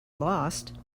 lost